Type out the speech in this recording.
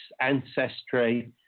ancestry